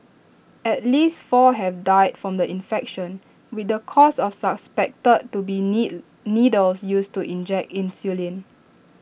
at least four have died from the infection with the cause of suspected to be need needles used to inject insulin